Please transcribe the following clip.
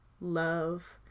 love